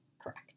correct